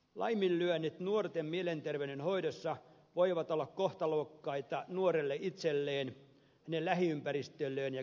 laiminlyönnit nuorten mielenterveyden hoidossa voivat olla kohtalokkaita nuorelle itselleen hänen lähiympäristölleen ja koko yhteiskunnalle